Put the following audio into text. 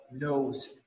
knows